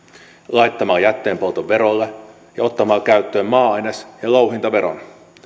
laittamalla jätteenpolton verolle ja ottamalla käyttöön maa aines ja louhintaveron